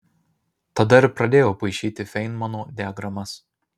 tada ir pradėjau paišyti feinmano diagramas